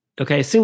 Okay